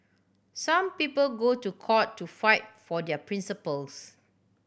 some people go to court to fight for their principles